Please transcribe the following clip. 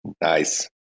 Nice